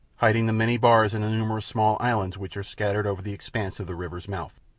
hiding the many bars and the numerous small islands which are scattered over the expanse of the river's mouth.